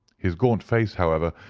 his gaunt face, however,